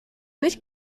nicht